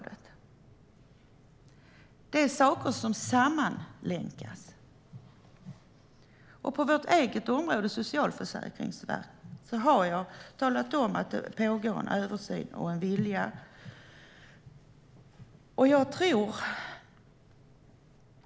Det är saker som sammanlänkas. På vårt eget område socialförsäkringar har jag talat om att det pågår en översyn och finns en vilja.